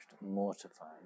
mortified